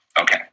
Okay